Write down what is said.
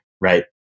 right